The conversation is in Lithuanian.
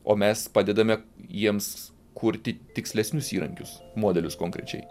o mes padedame jiems kurti tikslesnius įrankius modelius konkrečiai